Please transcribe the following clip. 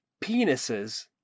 Penises